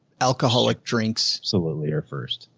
alcoholic drinks. similarly are first,